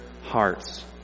hearts